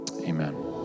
Amen